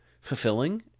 fulfilling